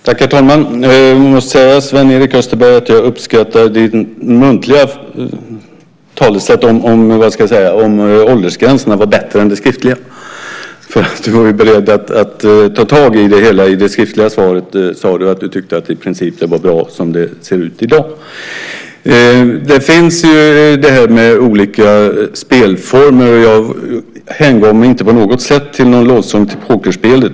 Herr talman! Jag måste säga, Sven-Erik Österberg, att jag tycker att ditt muntliga besked om åldersgränserna är bättre än det skriftliga. Du är ju beredd att ta tag i det hela. I det skriftliga svaret sade du att du i princip tyckte att det var bra som det ser ut i dag. Det finns ju olika spelformer, och jag hängav mig inte på något sätt åt en lovsång till pokerspelet.